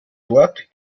dort